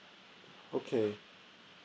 okay